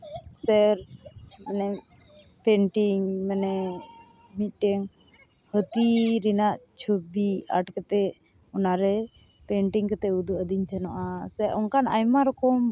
ᱥᱮᱨ ᱚᱱᱮ ᱯᱮᱱᱴᱤᱝ ᱢᱟᱱᱮ ᱢᱤᱫᱴᱮᱱ ᱦᱟᱹᱛᱤ ᱨᱮᱱᱟᱜ ᱪᱷᱚᱵᱤ ᱟᱴ ᱠᱟᱛᱮᱫ ᱚᱱᱟ ᱨᱮ ᱯᱮᱱᱴᱤᱝ ᱠᱟᱛᱮᱫ ᱮᱭ ᱩᱫᱩᱜ ᱟᱹᱫᱤᱧ ᱛᱟᱦᱮᱱᱚᱜᱼᱟ ᱥᱮ ᱚᱱᱠᱟᱱ ᱟᱭᱢᱟ ᱨᱚᱠᱚᱢ